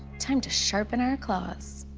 time to sharpen our claws.